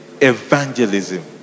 Evangelism